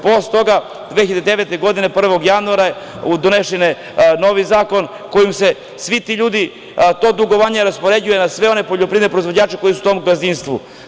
Posle toga, 2009. godine, 1. januara, donesen je novi zakon, kojim se svim tim ljudima to dugovanje raspoređuje na sve one poljoprivredne proizvođače koji su u tom gazdinstvu.